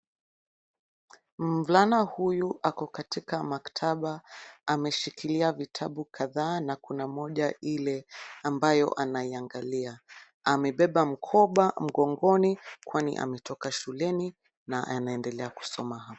Mvulana huyu ako katika maktaba ameshikilia vitabu kadhaa na kuna moja ile ambayo anaiangalia. Amebeba mkoba mgongoni kwani ametoka shuleni na anaendelea kusoma.